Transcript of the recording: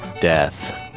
Death